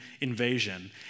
invasion